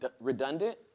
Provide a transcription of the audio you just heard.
redundant